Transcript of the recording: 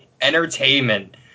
entertainment